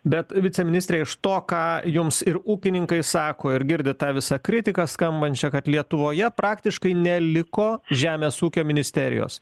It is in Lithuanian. bet viceministre iš to ką jums ir ūkininkai sako ir girdit tą visą kritiką skambančią kad lietuvoje praktiškai neliko žemės ūkio ministerijos